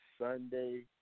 Sunday